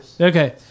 Okay